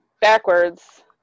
Backwards